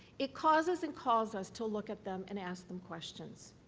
it causes and calls us to look at them and ask them questions.